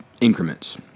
increments